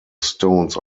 stones